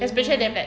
mmhmm